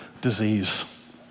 disease